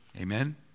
Amen